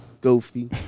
goofy